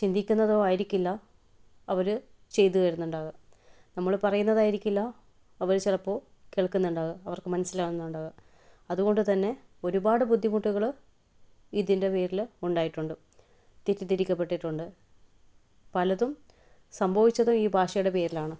ചിന്തിക്കുന്നതോ ആയിരിക്കില്ല അവർ ചെയ്ത് തരുന്നുണ്ടാവുക നമ്മൾ പറയുന്നതായിരിക്കില്ല അവർ ചിലപ്പോൾ കേൾകുന്നുണ്ടാവുക അവർക്ക് മനസിലാവുന്നുണ്ടാവുക അതുകൊണ്ട് തന്നെ ഒരുപാട് ബുദ്ധിമുട്ടുകൾ ഇതിൻ്റെ പേരിൽ ഉണ്ടായിട്ടുണ്ട് തെറ്റിദ്ധരിക്കപെട്ടിട്ടുണ്ട് പലതും സംഭവിച്ചത് ഈ ഭാഷയുടെ പേരിലാണ്